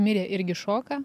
mirė irgi šoka